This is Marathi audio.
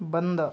बंद